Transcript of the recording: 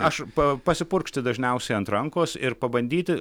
aš pa pasipurkšti dažniausiai ant rankos ir pabandyti